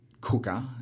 Cooker